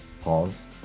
Pause